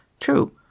True